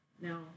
No